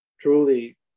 truly